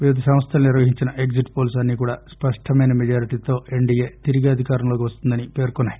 వివిధ సంస్లు నిర్వహించిన ఎగ్జిట్ పోల్స్ అన్సి కూడా స్పష్టమైన మెజార్టీతో ఎన్డీఏ తిరిగి అధికారంలోకి వస్తుందని పేర్కొన్నాయి